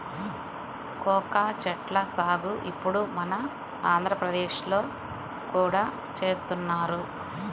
cocoa చెట్ల సాగు ఇప్పుడు మన ఆంధ్రప్రదేశ్ లో కూడా చేస్తున్నారు